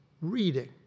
Reading